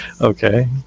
Okay